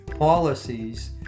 policies